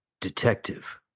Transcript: Detective